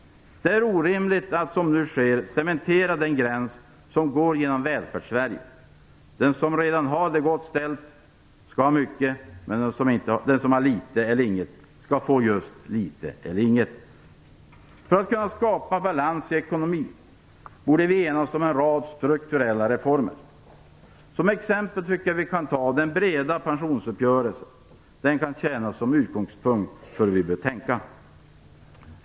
Det är orimligt att, som nu sker, cementera den gräns som går genom Välfärdssverige. Den som redan har det gott ställt skall ha mycket, men den som har litet eller inget skall få just litet eller inget. För att kunna skapa balans i ekonomin borde vi enas om en rad strukturella reformer. Som exempel kan vi ta den breda pensionsuppgörelsen. Den kan tjäna som utgångspunkt för hur vi bör tänka.